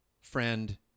friend